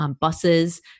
buses